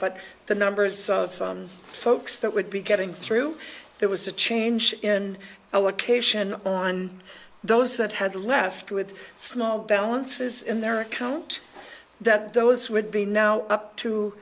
but the numbers of folks that would be getting through there was a change in our cation on those that had left with small balances in their account that those would be now up to